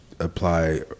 apply